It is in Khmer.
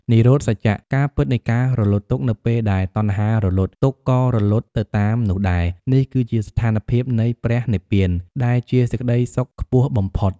និរោធសច្ចៈ ការពិតនៃការរលត់ទុក្ខ នៅពេលដែលតណ្ហារលត់ ទុក្ខក៏រលត់ទៅតាមនោះដែរ នេះគឺជាស្ថានភាពនៃព្រះនិព្វាន ដែលជាសេចក្តីសុខខ្ពស់បំផុត។